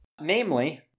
Namely